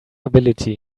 ability